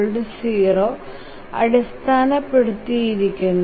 0 അടിസ്ഥാനപ്പെടുത്തിയിരിക്കുന്നു